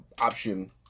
option